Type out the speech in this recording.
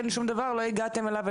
לא הגעתם אליו,